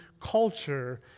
culture